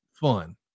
fun